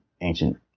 ancient